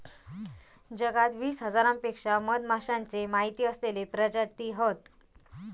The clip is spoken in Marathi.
जगात वीस हजारांपेक्षा मधमाश्यांचे माहिती असलेले प्रजाती हत